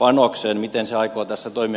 panokseen aikoo tässä toimia